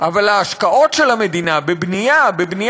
אבל ההשקעות של המדינה בבנייה,